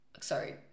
sorry